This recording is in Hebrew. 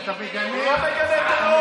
אתה מגנה טרור?